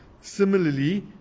Similarly